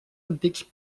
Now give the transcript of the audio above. antics